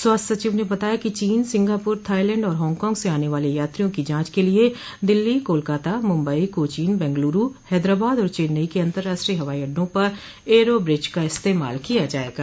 स्वास्थ्य सचिव ने बताया कि चीन सिंगापुर थाइलैंड और हांगकांग से आने वाले यात्रियों की जांच के लिए दिल्ली कोलकाता मुम्बई कोचीन बेंगलूरू हैदराबाद और चेन्नई के अंतरराष्ट्रीय हवाईअड्डों पर एयरो ब्रिज का इस्तेमाल किया जाएगा